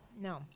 No